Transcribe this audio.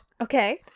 Okay